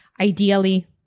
Ideally